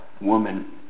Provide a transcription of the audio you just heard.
woman